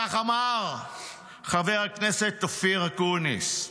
כך אמר חבר הכנסת אופיר אקוניס.